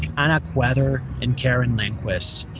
hannah kuether, and karen lundquist,